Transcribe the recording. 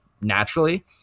naturally